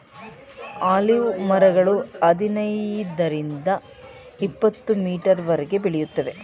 olive ಮರಗಳು ಹದಿನೈದರಿಂದ ಇಪತ್ತುಮೀಟರ್ವರೆಗೆ ಬೆಳೆಯುತ್ತವೆ